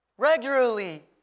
regularly